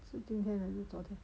是今天还是昨天